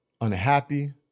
unhappy